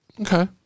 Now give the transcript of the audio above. Okay